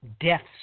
deaths